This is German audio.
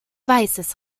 weißes